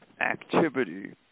activity